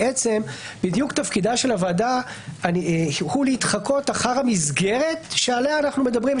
בדיוק תפקידה של הוועדה הוא להתחקות אחר המסגרת שעליה אנחנו מדברים,